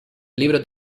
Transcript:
libros